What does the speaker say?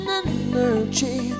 energy